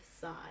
side